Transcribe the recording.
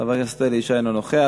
חבר הכנסת אלי ישי, אינו נוכח.